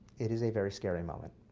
it is a very scary moment.